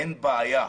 אין בעיה.